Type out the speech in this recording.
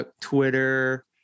Twitter